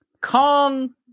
Kong